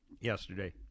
yesterday